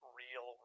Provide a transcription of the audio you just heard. real